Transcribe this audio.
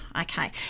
Okay